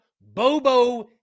Bobo